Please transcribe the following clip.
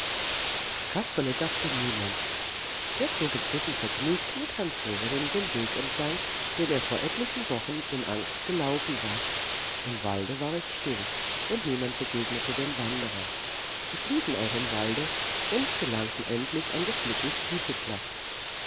an kasperle dachte niemand der zog inzwischen vergnügt mit herrn severin den weg entlang den er vor etlichen wochen in angst gelaufen war im walde war es still und niemand begegnete den wanderern sie schliefen auch im walde und gelangten endlich an des micheles